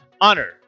honor